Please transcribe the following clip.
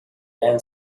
then